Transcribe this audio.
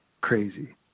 crazy